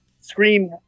Scream